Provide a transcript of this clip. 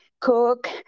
cook